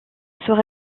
sera